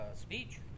speech